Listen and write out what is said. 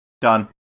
Done